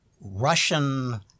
Russian